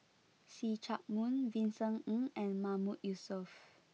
see Chak Mun Vincent Ng and Mahmood Yusof